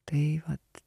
tai vat